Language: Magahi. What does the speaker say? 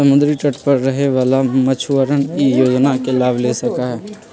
समुद्री तट पर रहे वाला मछुअरवन ई योजना के लाभ ले सका हई